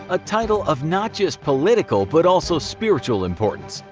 a title of not just political but also spiritual importance,